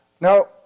Now